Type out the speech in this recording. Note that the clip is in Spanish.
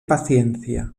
paciencia